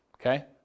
Okay